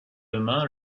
demain